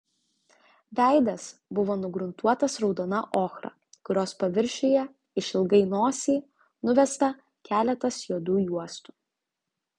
veidas buvo nugruntuotas raudona ochra kurios paviršiuje išilgai nosį nuvesta keletas juodų juostų